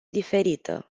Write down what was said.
diferită